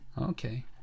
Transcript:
Okay